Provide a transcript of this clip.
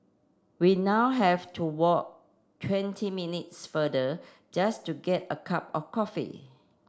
we now have to walk twenty minutes further just to get a cup of coffee